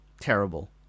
terrible